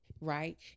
Right